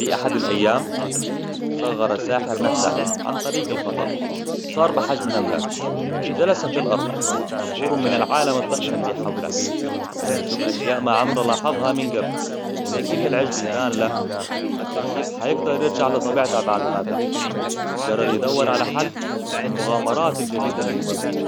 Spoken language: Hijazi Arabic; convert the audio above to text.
في أحد الأيام، صغر الساحر نفسه عن طريق الخطأ. صار بحجم نمله. جلس في الأرض مبهور من العالم الضخم اللي حولها. بدأ يشبه أشياء ما عمر لاحظها من قبل. زي كيف العيش يبان له، فكر كيف هيقدريرجع لطبيعته بعد هذا. وقرر يدور على حل وسط المغامرات الجديدة اللي يمر بيها.